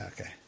Okay